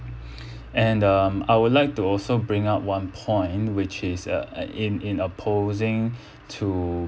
and um I would like to also bring up one point which is uh in in opposing to